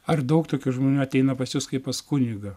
ar daug tokių žmonių ateina pas jus kaip pas kunigą